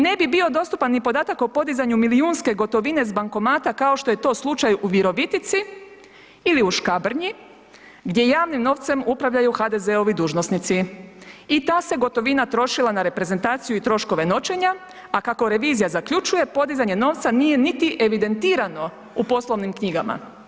Ne bi bio dostupan ni podatak o podizanju milijunske gotovine s bankomata, kao što je to slučaj u Virovitici ili u Škabrnji gdje javnim novcem upravljaju HDZ-ovi dužnosnici i ta se gotovima trošila na reprezentaciju i troškove noćenja, a kako revizija zaključuje, podizanje novca nije niti evidentirano u poslovnim knjigama.